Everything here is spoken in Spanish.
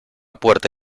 puerta